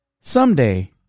someday